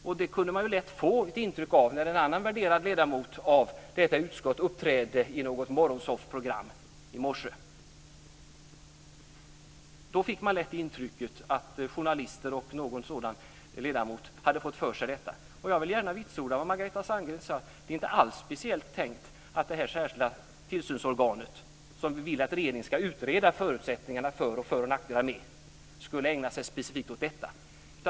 Man kunde lätt få det intrycket när en värderad ledamot av vårt utskott uppträdde i ett soffprogram i morse. Det verkade som om journalister och någon ledamot hade fått för sig detta. Jag vill gärna vitsorda vad Margareta Sandgren sade, nämligen att det inte alls är tänkt att det tillsynsorgan vars förutsättningar och för och nackdelar vi vill att regeringen ska utreda skulle ägna sig specifikt åt detta.